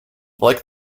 like